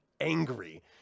angry